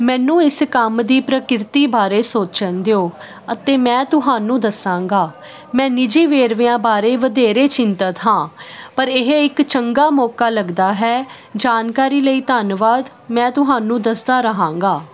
ਮੈਨੂੰ ਇਸ ਕੰਮ ਦੀ ਪ੍ਰਕਿਰਤੀ ਬਾਰੇ ਸੋਚਣ ਦਿਓ ਅਤੇ ਮੈਂ ਤੁਹਾਨੂੰ ਦੱਸਾਂਗਾ ਮੈਂ ਨਿੱਜੀ ਵੇਰਵਿਆਂ ਬਾਰੇ ਵਧੇਰੇ ਚਿੰਤਤ ਹਾਂ ਪਰ ਇਹ ਇੱਕ ਚੰਗਾ ਮੌਕਾ ਲੱਗਦਾ ਹੈ ਜਾਣਕਾਰੀ ਲਈ ਧੰਨਵਾਦ ਮੈਂ ਤੁਹਾਨੂੰ ਦੱਸਦਾ ਰਹਾਂਗਾ